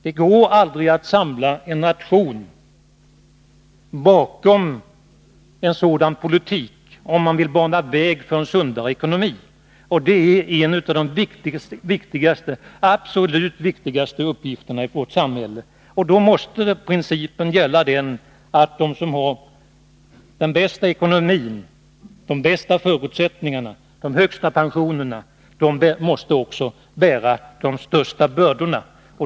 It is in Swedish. Det går aldrig att samla en nation bakom en sådan politik, om man vill bana väg för en sundare ekonomi. Det är en av de absolut viktigaste uppgifterna i vårt samhälle. Då måste den principen gälla att de som har de bästa förutsättningarna, den bästa ekonomin eller de högsta pensionerna också måste bära de största bördorna.